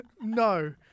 No